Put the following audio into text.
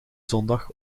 zondag